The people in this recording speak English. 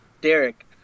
Derek